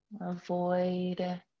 Avoid